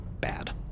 bad